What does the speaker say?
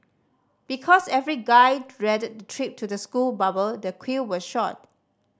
because every guy dreaded the trip to the school barber the queue was short